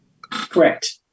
correct